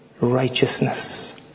righteousness